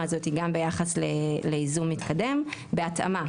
הזאת גם ביחס לייזום מתקדם בהתאמה,